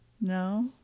No